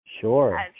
sure